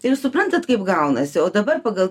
ir suprantat kaip gaunasi o dabar pagal